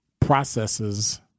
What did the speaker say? processes